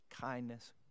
kindness